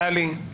טלי.